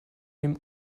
dem